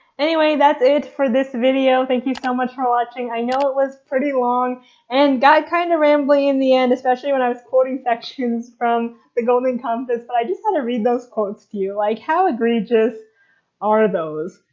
anyway that's it for this video. thank you so much for watching! i know it was pretty long and got kind of rambly in the end, especially when i was quoting sections from the golden compass, but i just had to read those quotes to you, like how egregious are those?